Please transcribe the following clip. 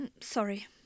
sorry